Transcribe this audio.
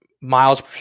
Miles